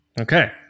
Okay